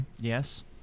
Yes